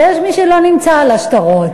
ויש מי שלא נמצא על השטרות.